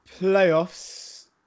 Playoffs